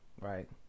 Right